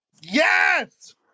Yes